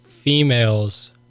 females